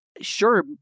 sure